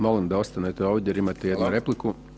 Molim da ostanete ovdje jer imate jednu repliku.